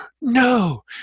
No